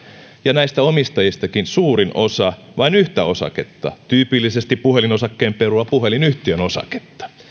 ja näistä omistajistakin suurin osa omistaa vain yhtä osaketta tyypillisesti puhelinosakkeen perua puhelinyhtiön osaketta